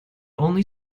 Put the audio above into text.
only